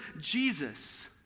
Jesus